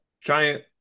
Giant